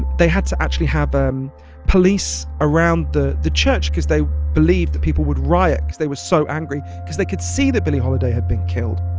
they had to actually have um police around the the church cause they believed that people would riot cause they were so angry cause they could see that billie holiday had been killed.